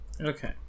Okay